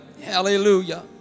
hallelujah